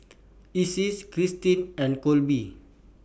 Icy's Kirstin and Kolby